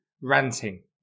ranting